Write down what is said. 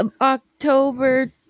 october